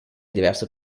diverse